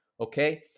okay